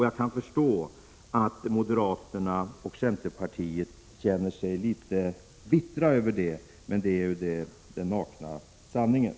Jag kan förstå att moderaterna och centerpartisterna känner sig litet bittra över detta, men det är den nakna sanningen.